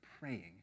praying